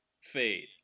fade